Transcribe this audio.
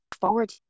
forward